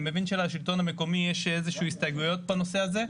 אני מבין שלשלטון המקומי יש הסתייגויות בנושא הזה.